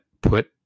put